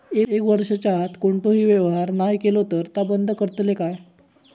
एक वर्षाच्या आत कोणतोही व्यवहार नाय केलो तर ता बंद करतले काय?